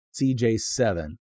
CJ7